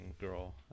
girl